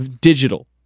digital